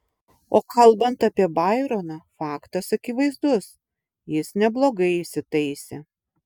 o kalbant apie baironą faktas akivaizdus jis neblogai įsitaisė